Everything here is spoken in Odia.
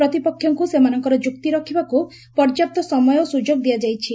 ପ୍ରତିପକ୍ଷଙ୍କୁ ସେମାନଙ୍କର ଯୁକ୍ତି ରଖିବାକୁ ପର୍ଯ୍ୟାପ୍ତ ସମୟ ଓ ସୁଯୋଗ ଦିଆଯାଇଛି